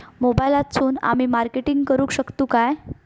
मोबाईलातसून आमी मार्केटिंग करूक शकतू काय?